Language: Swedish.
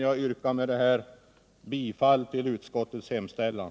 Jag yrkar med detta bifall till utskottets hemställan.